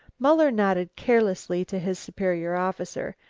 muller nodded carelessly to his superior officer,